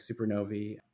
supernovae